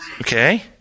Okay